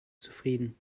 zufrieden